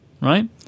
right